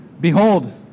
behold